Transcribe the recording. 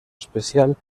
especial